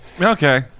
Okay